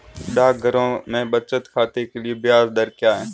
डाकघरों में बचत खाते के लिए ब्याज दर क्या है?